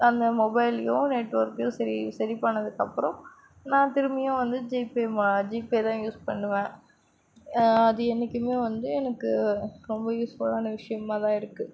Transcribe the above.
அந்த மொபைலேயும் நெட் ஒர்க்கும் சரி சரி பண்ணதுக்கப்புறம் நான் திரும்பியும் வந்து ஜிபே ஜிபே தான் யூஸ் பண்ணுவேன் அது என்னிக்குமே வந்து எனக்கு ரொம்ப யூஸ்ஃபுல்லான விஷயமாதான் இருக்குது